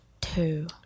two